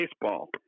baseball